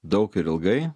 daug ir ilgai